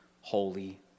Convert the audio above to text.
holy